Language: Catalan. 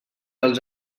els